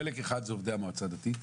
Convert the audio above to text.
חלק אחד עובדי המועצה הדתית,